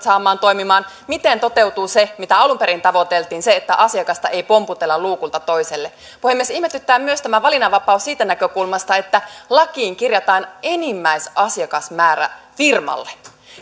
saadaan toimimaan miten toteutuu se mitä alun perin tavoiteltiin että asiakasta ei pomputella luukulta toiselle puhemies ihmetyttää myös tämä valinnanvapaus siitä näkökulmasta että lakiin kirjataan enimmäisasiakasmäärä firmalle